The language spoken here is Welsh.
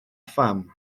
pham